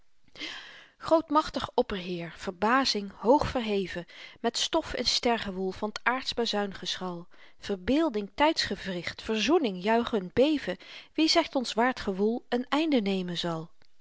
grootmachtig opperheer verbazing hoogverheven met stof en stergewoel van t aardsch bazuingeschal verbeelding tydsgewricht verzoening juichend beven wie zegt ons waar t gewoel een einde nemen zal